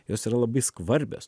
jos yra labai skvarbios